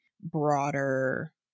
broader